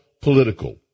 political